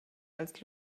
als